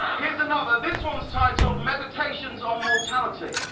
here's another, this one is titled meditations on mortality.